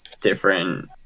different